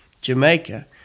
jamaica